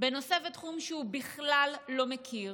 בנושא ותחום שהוא בכלל לא מכיר,